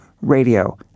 radio